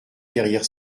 derrière